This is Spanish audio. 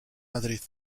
madrid